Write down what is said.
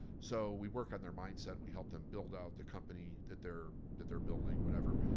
so we work on their mindset, we help them build out the company that they're that they're building, whatever,